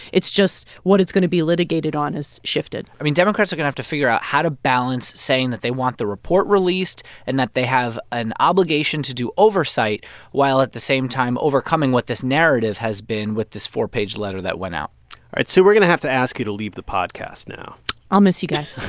it's just what it's going to be litigated on has shifted i mean, democrats are going to have to figure out how to balance saying that they want the report released and that they have an obligation to do oversight while at the same time overcoming what this narrative has been with this four-page letter that went out all right. sue, we're going to have to ask you to leave the podcast now i'll miss you guys so